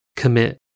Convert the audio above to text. Commit